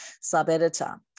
sub-editor